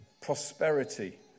prosperity